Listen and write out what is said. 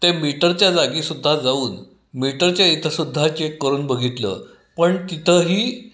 ते मीटरच्या जागीसुद्धा जाऊन मीटरच्या इथंसुद्धा चेक करून बघितलं पण तिथंही